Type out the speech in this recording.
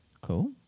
Cool